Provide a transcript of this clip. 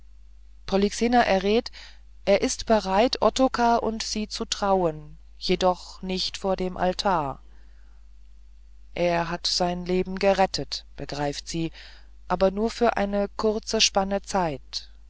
polyxena errät er ist bereit ottokar und sie zu trauen jedoch nicht vor dem altar er hat sein leben gerettet begreift sie aber nur für eine kurze spanne zeit